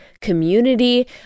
community